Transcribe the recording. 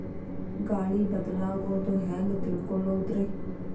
ಗಾಳಿ ಬದಲಾಗೊದು ಹ್ಯಾಂಗ್ ತಿಳ್ಕೋಳೊದ್ರೇ?